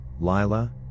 Lila